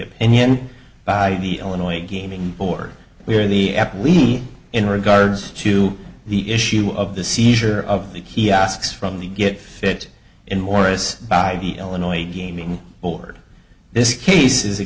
opinion by the illinois gaming board where the athlete in regards to the issue of the seizure of the kiosks from the get fit in morris by the illinois gaming board this case is